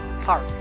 heart